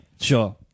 Sure